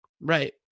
right